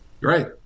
Right